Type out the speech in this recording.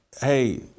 Hey